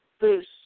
boost